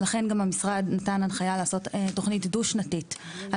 לכן גם המשרד נתן הנחייה לעשות תוכנית דו-שנתית על